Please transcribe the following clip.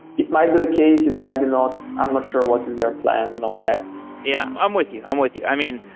it might be the case. it might be not. i'm not sure what is their plan in all that yeah. i'm with you. i'm with you. i mean,